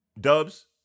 dubs